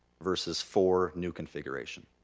versus four new configuration.